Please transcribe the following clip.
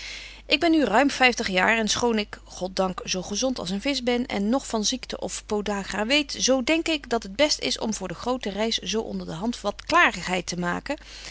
ik ben nu ruim vyftig jaar en schoon ik god dank zo gezont als een visch ben en noch van ziekte of podagra weet zo denk ik dat het best is om voor de grote reis zo onder de hand wat klarigheid te maken